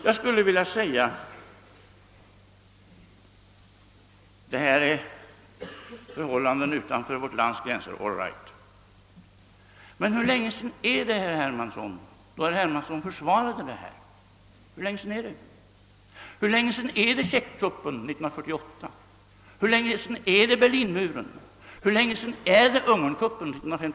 Jag talar visserligen här om förhållanden utanför vårt lands gränser, men hur länge sedan är det som herr Hermansson försvarade regimen på andra sidan järnridån? Tjeckkuppen ägde rum 1948 och Ungernkuppen 1956. Och hur länge sedan är det Berlinmuren tillkom?